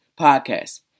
Podcast